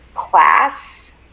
class